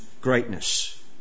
greatness